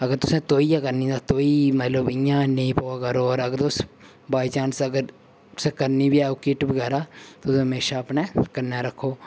अगर तुसें तौहियै करनी तां तौही मतलब इ'यां नेईं पोआ करो होर अगर तुस बाय चान्स अगर तुसें करनी बी ऐ ओह् किट बगैरा तुस हमेशा अपने कन्नै रक्खो